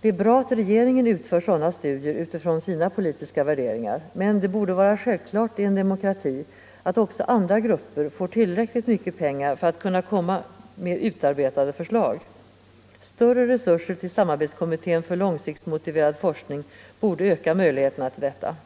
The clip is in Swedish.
Det är bra att regeringen utför sådana studier utifrån sina politiska värderingar. Men det borde vara självklart i en demokrati att också andra grupper får tillräckligt mycket pengar för att kunna komma med utarbetade förslag. Större resurser till samarbetskommittén för långsiktsmotiverad forskning borde öka möjligheterna till detta.